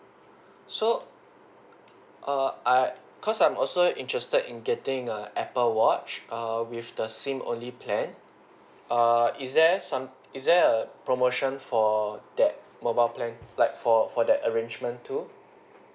so err I cause I'm also interested in getting a Apple watch err with the SIM only plan err is there some is there a promotion for that mobile plan like for for that arrangement too